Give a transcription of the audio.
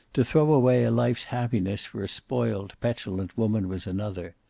to throw away a life's happiness for a spoiled, petulant woman was another.